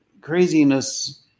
craziness